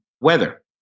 weather